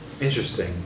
Interesting